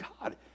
God